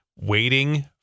waiting